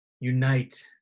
Unite